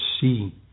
see